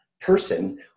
person